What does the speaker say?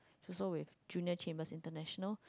it's also with Junior-Chamber-International